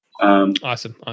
Awesome